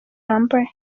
yambaye